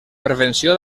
prevenció